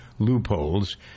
loopholes